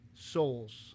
souls